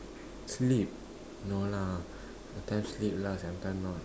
sleep no lah sometime sleep lah sometime not